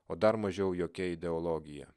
o dar mažiau jokia ideologija